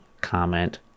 comment